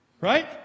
Right